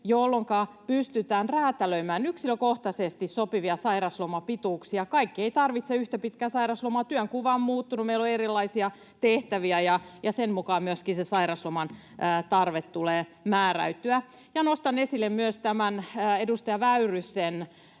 jolloinka pystytään räätälöimään yksilökohtaisesti sopivia sairaslomapituuksia. Kaikki eivät tarvitse yhtä pitkää sairauslomaa. Työnkuva on muuttunut, meillä on erilaisia tehtäviä, ja sen mukaan myöskin se sairasloman tarve tulee määräytyä. Nostan esille myös tämän edustaja Väyrysen